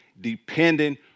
depending